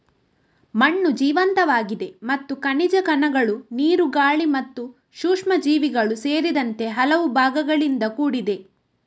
ಮಣ್ಣು ಜೀವಂತವಾಗಿದೆ ಮತ್ತು ಖನಿಜ ಕಣಗಳು, ನೀರು, ಗಾಳಿ ಮತ್ತು ಸೂಕ್ಷ್ಮಜೀವಿಗಳು ಸೇರಿದಂತೆ ಹಲವು ಭಾಗಗಳಿಂದ ಕೂಡಿದೆ